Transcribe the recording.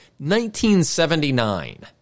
1979